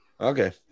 Okay